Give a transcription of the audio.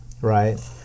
right